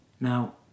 Now